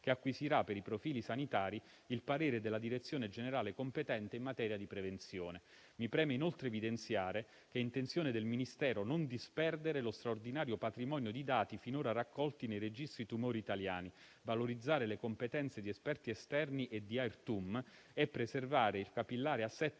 che acquisirà per i profili sanitari il parere della direzione generale competente in materia di prevenzione. Mi preme inoltre evidenziare che è intenzione del Ministero non disperdere lo straordinario patrimonio di dati finora raccolti nei registri tumori italiani, valorizzare le competenze di esperti esterni e di Airtum e preservare il capillare assetto